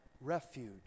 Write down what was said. refuge